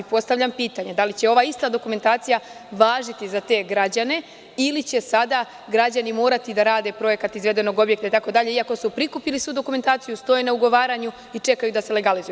Postavljam pitanje – da li će ova ista dokumentacija važiti za te građane, ili će sada građani morati da rade projekat izvedenog objekta itd, iako su prikupili svu dokumentaciju, stoje na ugovaranju i čekaju da se legalizuju?